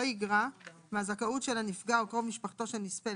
יגרע מהזכאות של הנפגע או קרוב משפחתו של הנספה,